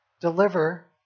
deliver